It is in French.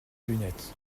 lunettes